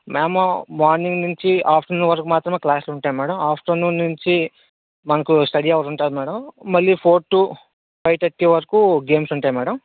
ma'am morning నుంచి afternoon వరకు మాత్రమే క్లాసులు ఉంటాయి మేడం ఆఫ్టర్నూన్ నుంచి మనకి స్టడీ హావర్స్ ఉంటాయి మేడం మళ్ళీ ఫోర్ టు ఫైవ్ థర్టీ వరకు గేమ్స్ ఉంటాయి మేడం